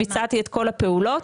ביצעתי את כל הפעולות.